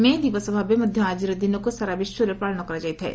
ମେ ଦିବସ ଭାବେ ମଧ୍ଧ ଆଜିର ଦିନକୁ ସାରା ବିଶ୍ୱରେ ପାଳନ କରାଯାଇଥାଏ